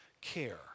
care